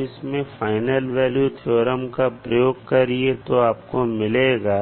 इसमें final value theorem का प्रयोग करिए तो आपको मिलेगा